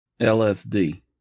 LSD